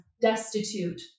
destitute